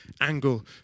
angle